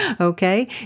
okay